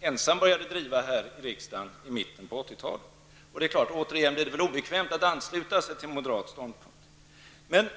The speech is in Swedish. ensam började driva här i riksdagen i mitten av 80-talet. Men återigen blir det för obekvämt att ansluta sig till en moderat ståndpunkt.